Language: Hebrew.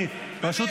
אני אפריע